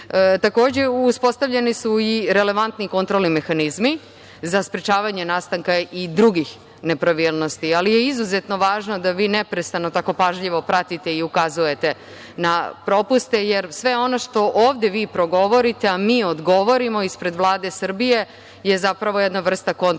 uspostavljeni su i relevantni kontrolni mehanizmi za sprečavanje nastanka i drugih nepravilnosti, ali je izuzetno važno da vi neprestano tako pažljivo pratite i ukazujete na propuste, jer sve ono što ovde vi progovorite, a mi odgovorimo ispred Vlade Srbije je zapravo jedna vrsta kontrolnog